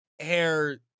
hair